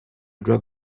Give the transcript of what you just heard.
drop